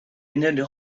unig